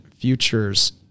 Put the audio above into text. futures